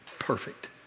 perfect